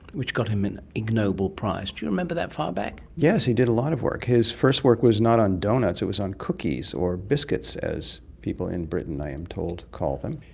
which got him an ig nobel prize. do you remember that far back? yes, he did a lot of work. his first work was not on doughnuts, it was on cookies or biscuits as people in britain, i am told, call them.